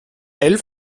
elf